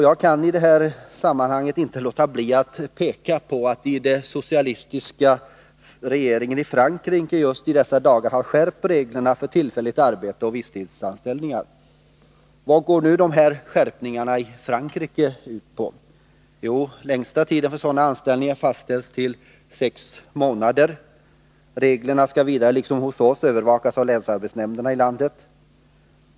Jag kan i sammanhanget inte låta bli att peka på att den socialistiska regeringen i Frankrike just i dessa dagar har skärpt reglerna för tillfälligt arbete och visstidsanställningar. Vad går nu dessa skärpningar ut på? Jo, längsta tiden för sådana anställningar fastställs till sex månader. Reglerna skall vidare, liksom hos oss, övervakas av länsarbetsnämnderna i landet.